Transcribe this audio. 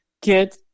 get